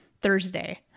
Thursday